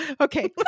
Okay